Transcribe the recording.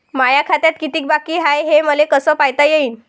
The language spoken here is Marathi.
माया खात्यात कितीक बाकी हाय, हे मले कस पायता येईन?